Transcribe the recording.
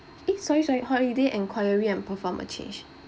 eh sorry sorry holiday enquiry and perform a change